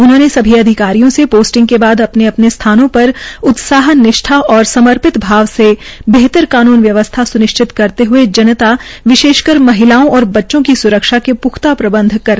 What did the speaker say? उन्होंने सभी अधिकारियों से पोस्टिंग के बाद अपने अपने स्थानों पर उत्साह निष्ठा ओर समर्पित भाव से बेहतर कानून व्यवस्था स्निश्चित करते हए जनता विशेषकर महिलाओं और बच्चों की स्रक्षा के प्ख्ता प्रबंध करने का आहवान किया